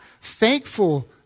thankful